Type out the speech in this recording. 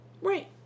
Right